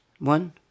One